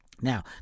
Now